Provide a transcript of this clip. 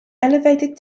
elevated